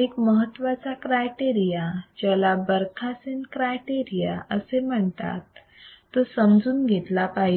एक महत्त्वाचा क्रायटेरिया ज्याला बरखासेन क्रायटेरिया असे म्हणतात तो समजून घेतला पाहिजे